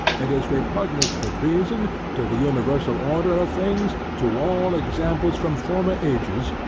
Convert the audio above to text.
it is repugnant to reason, to the universal order of things to all examples from former ages,